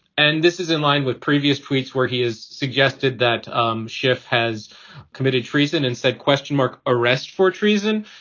and this is in line with previous tweets where he has suggested that um schiff has committed treason and said question mark arrest for treason.